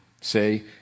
say